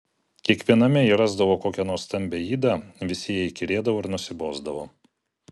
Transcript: kiekviename ji rasdavo kokią nors stambią ydą visi jai įkyrėdavo ir nusibosdavo